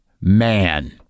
man